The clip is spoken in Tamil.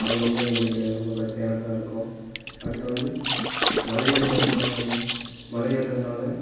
அது ரொம்ப எங்களுக்கு ரொம்ப பிரச்சினையானதா இருக்கும் அடுத்த வந்து மலை ஏறுகிற முறை மலை ஏறுகிறது நால